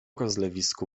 rozlewisku